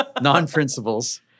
non-principles